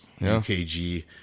UKG